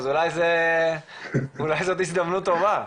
אז אולי זו הזדמנות טובה.